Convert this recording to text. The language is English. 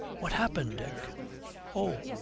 what happened, dick oh!